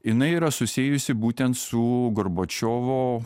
jinai yra susijusi būtent su gorbačiovo